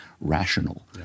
rational